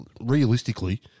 realistically